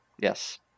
yes